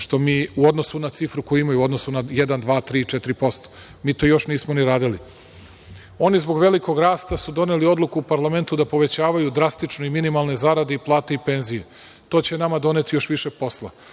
što mi u odnosu na cifru koju imaju u odnosu na jeda, dva, tri, četiri posto, mi to još nismo ni radili. Oni zbog velikog rasta su doneli odluku u parlamentu da povećavaju drastično i minimalne zarade i plate i penzije. To će nama doneto još više posla.